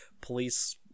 police